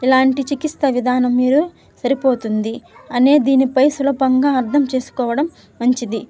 ఇలాంటి చికిత్సా విధానం మీరు సరిపోతుంది అనే దీనిపై సులభంగా అర్థం చేసుకోవడం మంచిది